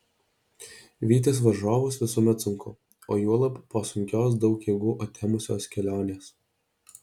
vytis varžovus visuomet sunku o juolab po sunkios daug jėgų atėmusios kelionės